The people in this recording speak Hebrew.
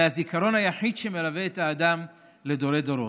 זה הזיכרון היחיד שמלווה את האדם לדורי-דורות.